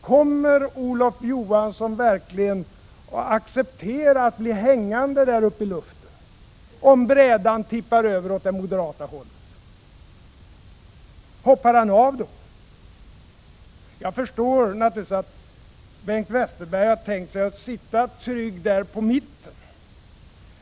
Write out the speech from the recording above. Kommer Olof Johansson verkligen att acceptera att bli hängande där uppe i luften, om brädan tippar över åt det moderata hållet? Hoppar han av då? Jag förstår naturligtvis att Bengt Westerberg har tänkt sig att sitta trygg på mitten.